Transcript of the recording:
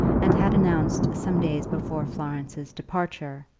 and had announced some days before florence's departure,